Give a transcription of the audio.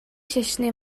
шашны